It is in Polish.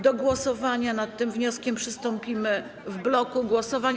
Do głosowania nad tym wnioskiem przystąpimy w bloku głosowań.